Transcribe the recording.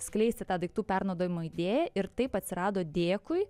skleisti tą daiktų perlaidojimo idėją ir taip atsirado dėkui